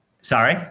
Sorry